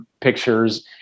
pictures